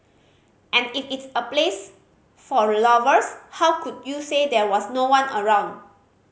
and if it's a place for lovers how could you say there was no one around